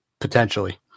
potentially